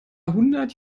hundert